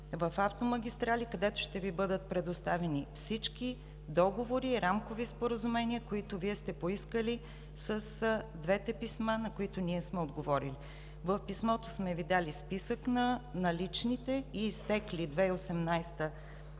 в „Автомагистрали“, където ще Ви бъдат предоставени всички договори и рамкови споразумения, които Вие сте поискали с двете писма, на които ние сме отговорили. В писмото сме Ви дали списък на наличните и изтекли 2018 г. и